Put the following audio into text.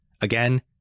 Again